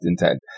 intent